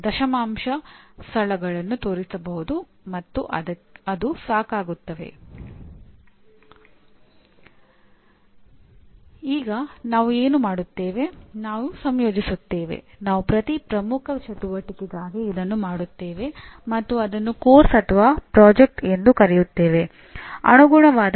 ಉತ್ತಮ ಎಂಜಿನಿಯರ್ಗಳನ್ನು ತಯಾರಿಸುವಲ್ಲಿ ಅಥವಾ ತರಬೇತಿ ನೀಡುವಲ್ಲಿ ಅಧ್ಯಾಪಕರ ಪಾತ್ರ ನಿರ್ಣಾಯಕ ಎಂದು ಅದು ಗುರುತಿಸುತ್ತದೆ